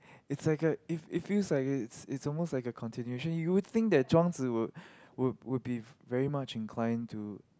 it's like a if it feels like it's it's almost like a continuation you would think that Zhuang-Zi would would would be very much inclined to